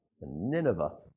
Nineveh